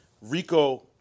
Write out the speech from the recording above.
Rico